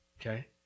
okay